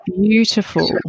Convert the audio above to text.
Beautiful